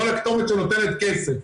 לא הכתובת שנותנת כסף.